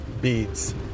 beads